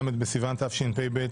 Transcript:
ל' בסיון התשפ"ב,